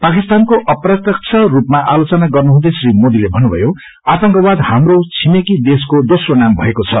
पाकिसतानको अप्रत्यक्ष रूपमा आलोचना गर्नुहुँदै श्री मोदीले भन्नुभयो आतंकवाद हाम्रो छिमेकी देशको दोस्रो नाम भएको छ